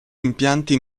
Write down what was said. impianti